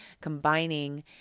combining